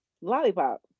Lollipop